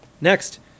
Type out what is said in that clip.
Next